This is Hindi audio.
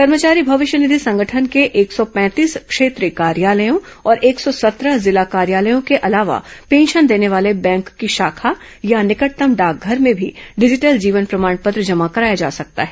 कर्मचारी भविष्य निधि संगठन के एक सौ पैंतीस क्षेत्रीय कार्यालयों और एक सौ सत्रह जिला कार्यालयों के अलावा पेंशन देने वाले बैंक की शाखा या निकटतम डाक घर में भी डिजिटल जीवन प्रमाण पत्र जमा कराया जा सकता है